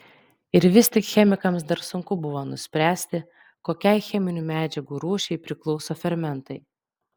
ir vis tik chemikams dar sunku buvo nuspręsti kokiai cheminių medžiagų rūšiai priklauso fermentai